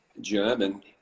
german